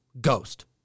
Ghost